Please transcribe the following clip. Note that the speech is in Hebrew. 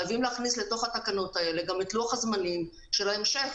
חייבים להכניס לתוך התקנות האלה גם את לוח הזמנים של ההמשך.